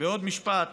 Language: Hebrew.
בעוד משפט